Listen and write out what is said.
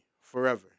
forever